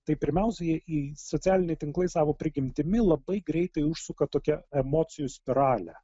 tai pirmiausia jie socialiniai tinklai savo prigimtimi labai greitai užsuka tokią emocijų spiralę